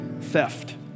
theft